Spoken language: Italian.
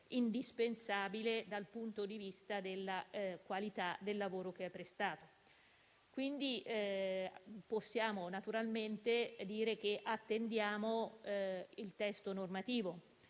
indispensabile dal punto di vista della qualità del lavoro prestato. Possiamo quindi dire che attendiamo il testo normativo;